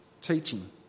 teaching